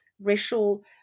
racial